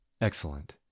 Excellent